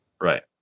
Right